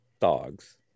dogs